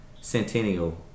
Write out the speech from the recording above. centennial